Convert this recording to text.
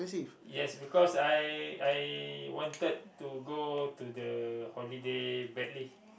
yes because I I wanted to go to the holiday badly